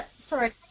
Sorry